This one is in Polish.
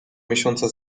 miesiąca